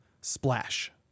Splash